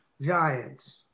Giants